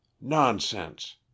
nonsense